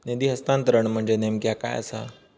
निधी हस्तांतरण म्हणजे नेमक्या काय आसा?